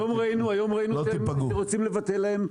היום ראינו שרוצים לבטל להם,